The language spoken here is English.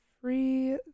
Free